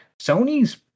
Sony's